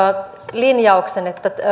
linjauksen että